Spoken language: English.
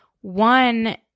One